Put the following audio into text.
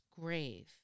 grave